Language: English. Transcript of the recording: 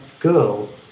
girl